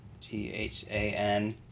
G-H-A-N